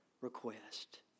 request